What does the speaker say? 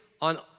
on